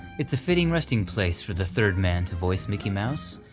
it's a fitting resting place for the third man to voice mickey mouse,